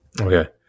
Okay